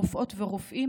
רופאות ורופאים,